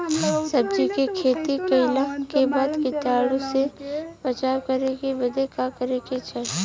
सब्जी के खेती कइला के बाद कीटाणु से बचाव करे बदे का करे के चाही?